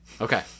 Okay